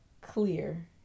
clear